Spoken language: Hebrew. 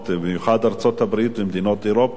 במיוחד ארצות-הברית ומדינות אירופה,